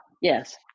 yes